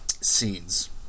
scenes